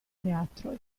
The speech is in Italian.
teatro